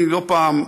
לא פעם,